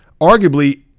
arguably